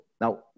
Now